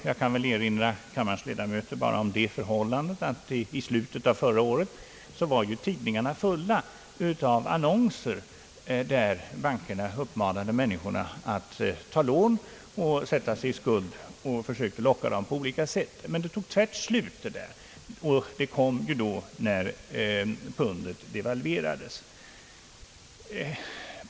Jag kan bara erinra kammarens ledamöter om det förhållandet att tidningarna i slutet av förra året var fyllda av annonser, där bankerna uppmanade människor att ta lån och sätta sig i skuld, annonser där man på olika sätt försökte locka människorna att låna pengar. Men detta tog tvärt slut, nämligen då pundet devalverades.